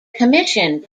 commission